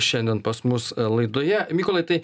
šiandien pas mus laidoje mykolai tai